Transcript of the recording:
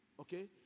okay